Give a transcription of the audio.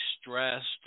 Stressed